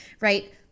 right